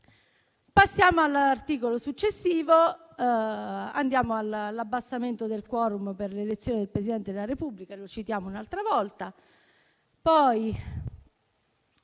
Passiamo all'articolo successivo e arriviamo all'abbassamento del *quorum* per l'elezione del Presidente della Repubblica. Al primo comma